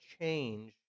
change